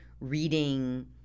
reading